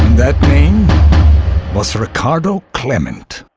that name was ricardo klement.